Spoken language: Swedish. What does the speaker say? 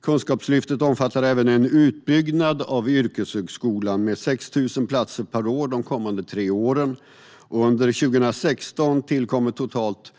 Kunskapslyftet omfattar även en utbyggnad av yrkeshögskolan med 6 000 platser per år de kommande tre åren. Under 2016 tillkommer totalt